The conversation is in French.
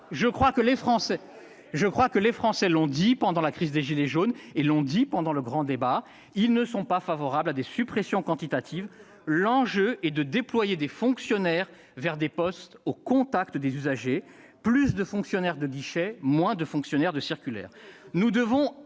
Je crois que les Français l'ont dit pendant la crise des « gilets jaunes » et durant le grand débat : ils ne sont pas favorables à des suppressions quantitatives. L'enjeu est de déployer plus de fonctionnaires vers des postes au contact des usagers, des fonctionnaires de guichet, et moins de fonctionnaires dans les